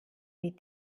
wie